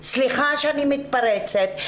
סליחה שאני מתפרצת,